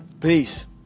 Peace